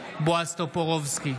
בועז טופורובסקי,